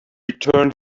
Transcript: return